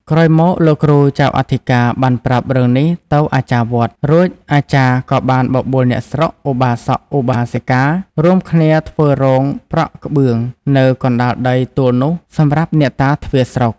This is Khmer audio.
ក្រោយមក លោកគ្រូចៅអធិការបានប្រាប់រឿងនេះទៅអាចារ្យវត្ត រួចអាចារ្យក៏បានបបួលអ្នកស្រុក ឧបាសក-ឧបាសិកា រួមគ្នាធ្វើរោងប្រក់ក្បឿងនៅកណ្ដាលដីទួលនោះសម្រាប់អ្នកតាទ្វារស្រុក ។